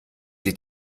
sie